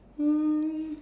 um